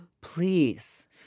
please